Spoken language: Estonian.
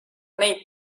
neid